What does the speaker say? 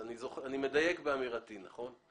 אני מדייק באמירתי, נכון?